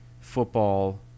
football